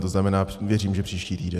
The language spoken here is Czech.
To znamená, věřím, že příští týden.